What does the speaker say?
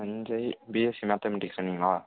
Sanjay BSc mathematics சொன்னிங்களா